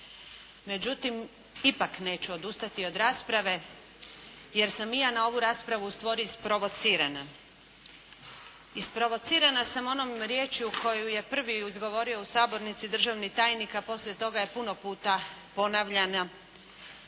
Međutim, ipak neću odustati od rasprave jer sam i ja na ovu raspravu ustvari isprovocirana. Isprovocirana sam onom riječju koju je prvi izgovorio u sabornici državni tajnik a poslije toga je puno puta ponavljana,